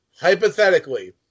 hypothetically